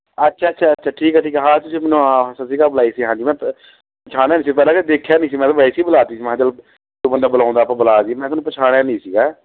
ਅੱਛਾ ਅੱਛਾ ਅੱਛਾ ਠੀਕ ਆ ਠੀਕ ਆ ਹਾਂ ਤੁਸੀਂ ਮੈਨੂੰ ਹਾਂ ਸਤਿ ਸ਼੍ਰੀ ਅਕਾਲ ਬੁਲਾਈ ਸੀ ਹਾਂਜੀ ਮੈਂ ਪਛਾਣਿਆ ਨਹੀਂ ਸੀ ਪਹਿਲਾਂ ਮੈਂ ਦੇਖਿਆ ਨਹੀਂ ਸੀ ਮੈਂ ਤਾਂ ਵੈਸੇ ਹੀ ਬੁਲਾਤੀ ਸੀ ਮੈਂ ਕਿਹਾ ਚਲੋ ਬੰਦਾ ਬੁਲਾਉਂਦਾ ਆਪਾਂ ਬੁਲਾ ਲੀਏ ਮੈਂ ਤੁਹਾਨੂੰ ਪਛਾਣਿਆ ਨਹੀਂ ਸੀਗਾ